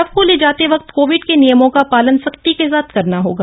शव को ले जाते वक़्त कोविड के नियमो का पासन सख़्ती के साथ करना होगा